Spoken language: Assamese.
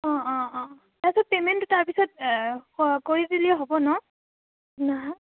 অঁ অঁ অঁ তাৰপিছত পে'মেণ্টটো তাৰপিছত ক কৰি দিলে হ'ব নহ্ নহয়